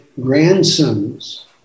grandsons